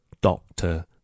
doctor